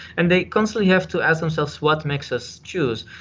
and they constantly have to ask themselves what makes us jews,